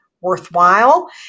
worthwhile